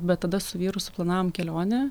bet tada su vyru suplanavom kelionę